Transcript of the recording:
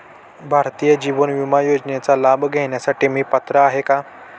भारतीय जीवन विमा योजनेचा लाभ घेण्यासाठी मी पात्र आहे का?